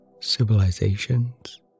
civilizations